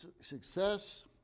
Success